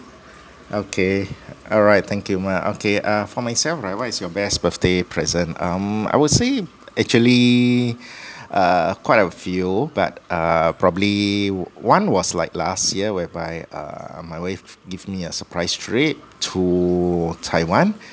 okay alright thank you mark okay uh for myself right what is your best birthday present um I would say actually uh quite a few but uh probably one was like last year whereby uh my wife give a surprise trip to taiwan